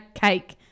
Cake